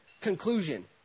conclusion